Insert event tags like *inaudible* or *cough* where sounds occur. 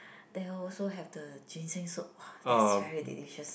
*breath* they also have the ginseng soup [wah] that's very delicious